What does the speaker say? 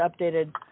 updated